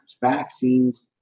vaccines